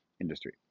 industry